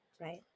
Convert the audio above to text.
right